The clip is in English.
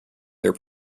their